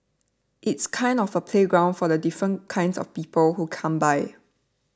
it's kind of a playground for the different kinds of people who come by